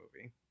movie